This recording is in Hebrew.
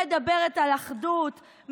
מדברת על אחדות,